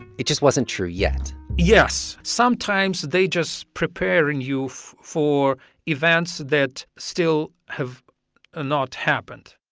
it just wasn't true yet yes, sometimes they just preparing you for events that still have ah not happened